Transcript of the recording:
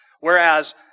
Whereas